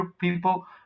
people